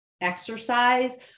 exercise